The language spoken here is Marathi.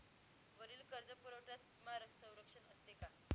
वरील कर्जपुरवठ्यास विमा संरक्षण असते का?